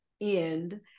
end